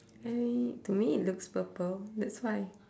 I mean to me it looks purple that's why